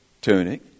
tunic